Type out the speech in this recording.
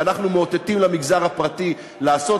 שאנחנו מאותתים למגזר הפרטי לעשות,